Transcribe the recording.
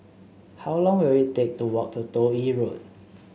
how long will it take to walk to Toh Yi Road